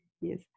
Yes